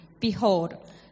Behold